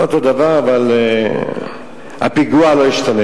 לא אותו דבר, אבל הפיגוע לא השתנה.